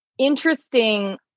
interesting